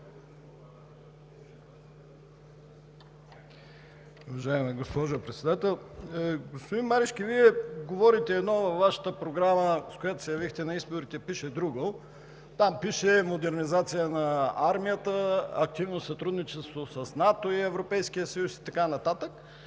Уважаема госпожо Председател! Господин Марешки, Вие говорите едно, но във Вашата програма, с която се явихте на изборите, пише друго. Там пише: „модернизация на армията, активно сътрудничество с НАТО и Европейския съюз“ и така нататък,